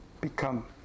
become